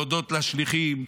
להודות לשליחים,